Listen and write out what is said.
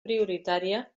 prioritària